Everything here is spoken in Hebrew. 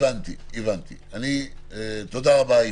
יפתח, תודה רבה.